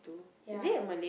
ya